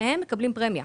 שניהם מקבלים פרמיה.